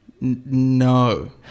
No